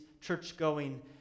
church-going